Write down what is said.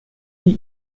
die